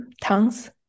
tongues